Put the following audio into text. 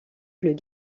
bleus